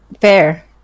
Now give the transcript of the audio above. fair